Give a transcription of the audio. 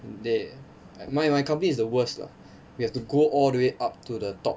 they my my company is the worst lah we have to go all the way up to the top